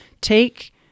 take